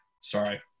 sorry